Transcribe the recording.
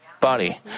body